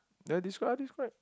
ya describe describe